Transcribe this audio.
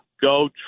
Go